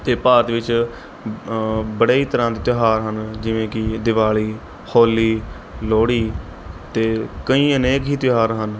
ਅਤੇ ਭਾਰਤ ਵਿੱਚ ਬੜੇ ਹੀ ਤਰ੍ਹਾਂ ਦੇ ਤਿਉਹਾਰ ਹਨ ਜਿਵੇਂ ਕਿ ਦੀਵਾਲੀ ਹੋਲੀ ਲੋਹੜੀ ਅਤੇ ਕਈ ਅਨੇਕ ਹੀ ਤਿਉਹਾਰ ਹਨ